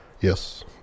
Yes